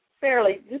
fairly